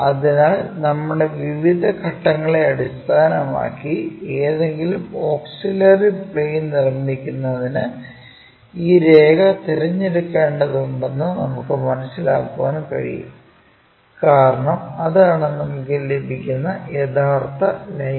അതിനാൽ നമ്മുടെ വിവിധ ഘട്ടങ്ങളെ അടിസ്ഥാനമാക്കി ഏതെങ്കിലും ഓക്സിലറി പ്ലെയ്ൻ നിർമ്മിക്കുന്നതിന് ഈ രേഖ തിരഞ്ഞെടുക്കേണ്ടതുണ്ടെന്ന് നമുക്ക് മനസിലാക്കാൻ കഴിയും കാരണം അതാണ് നമുക്ക് ലഭിക്കുന്ന യഥാർത്ഥ ലൈൻ